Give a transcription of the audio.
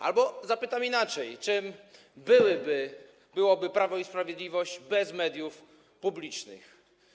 Albo zapytam inaczej: Czym byłoby Prawo i Sprawiedliwość bez mediów publicznych?